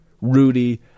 Rudy